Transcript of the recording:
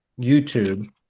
YouTube